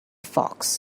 fox